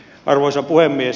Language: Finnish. arvoisa puhemies